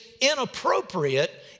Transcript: inappropriate